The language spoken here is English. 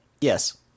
Yes